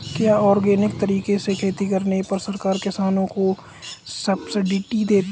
क्या ऑर्गेनिक तरीके से खेती करने पर सरकार किसानों को सब्सिडी देती है?